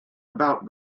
about